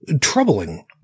troubling